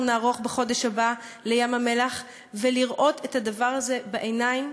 נערוך בחודש הבא בים-המלח ולראות את הדבר הזה בעיניים,